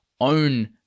own